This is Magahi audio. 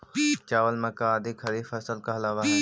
चावल, मक्का आदि खरीफ फसल कहलावऽ हइ